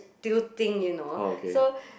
tilting you know so